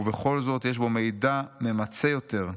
ובכל זאת יש בו מידע ממצה יותר.